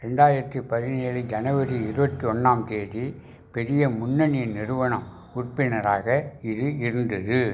ரெண்டாயிரத்து பதினேழு ஜனவரி இருபத்தி ஒன்றாம் தேதி பெரிய முன்னனியின் நிறுவன உறுப்பினராக இது இருந்தது